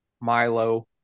Milo